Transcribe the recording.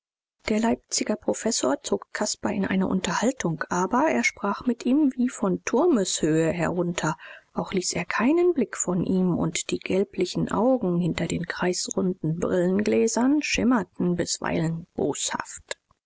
der leipziger professor zog caspar in eine unterhaltung aber er sprach mit ihm wie von turmeshöhe herunter auch ließ er keinen blick von ihm und die gelblichen augen hinter den kreisrunden brillengläsern schimmerten bisweilen boshaft